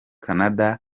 canada